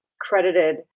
credited